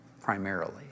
primarily